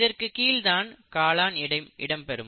இதற்கு கீழ் தான் காளான் இடம்பெறும்